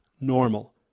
normal